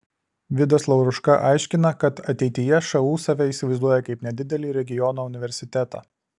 vidas lauruška aiškina kad ateityje šu save įsivaizduoja kaip nedidelį regiono universitetą